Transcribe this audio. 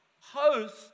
host